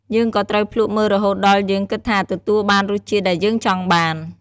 យើងក៏ត្រូវភ្លក់មើលរហូតដល់យើងគិតថាទទួលបានរសជាតិដែលយើងចង់បាន។